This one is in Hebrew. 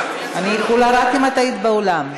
אני יכולה רק אם היית באולם.